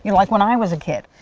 you know like when i was a kid.